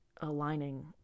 aligning